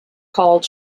called